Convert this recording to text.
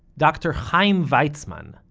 dr. chaim weitzmann,